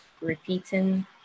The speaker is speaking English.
repeating